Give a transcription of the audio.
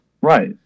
Right